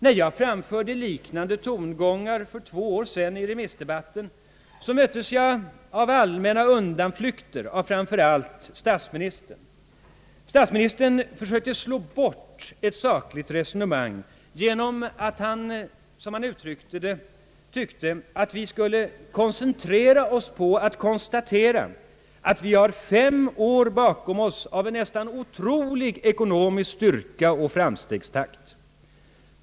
När jag framförde liknande tankegångar för två år sedan i remissdebatten möttes jag av allmänna undanflykter av framför allt statsministern. Statsministern försökte slå bort ett sakligt resonemang genom att som han uttryckte det »konstatera att vi har fem år bakom oss av en nästan otrolig ekonomisk styrka och framstegstakt».